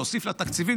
להוסיף לה תקציבים?